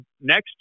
next